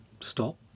stop